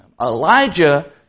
Elijah